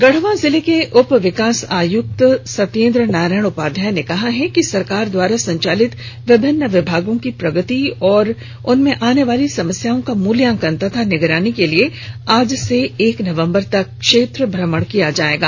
गढ़वा जिले में के उप विकास आयुक्त सत्येंद्र नारायण उपाध्याय ने कहा है कि सरकार द्वारा संचालित विभिन्न योजनाओं की प्रगति और उनमें आनेवाली समस्याओं का मूल्यांकन और निगरानी के लिए आज से एक नवंबर तक क्षेत्र भ्रमण किया जायेगा